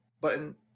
button